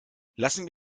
lassen